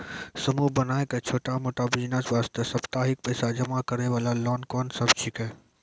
समूह बनाय के छोटा मोटा बिज़नेस वास्ते साप्ताहिक पैसा जमा करे वाला लोन कोंन सब छीके?